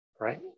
right